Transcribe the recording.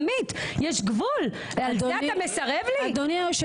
עמית, יש גבול, על זה אתה מסרב לי?